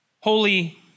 holy